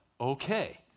okay